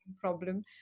problem